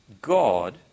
God